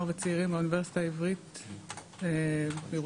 וצעירים מהאוניברסיטה העברית בירושלים.